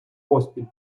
поспіль